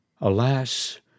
Alas